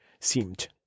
seemed